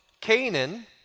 Canaan